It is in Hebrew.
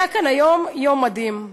היה כאן היום יום מדהים,